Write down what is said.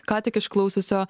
ką tik iš klausiusio